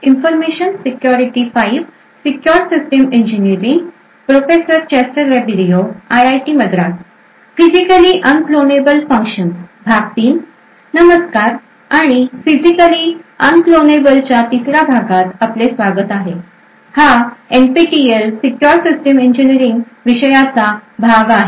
नमस्कार आणि physically unclonable च्या तिसऱ्या भागात आपले स्वागत आहे हा NPTELसीक्युर सिस्टिम इंजिनिअरिंग विषयाचा भाग आहे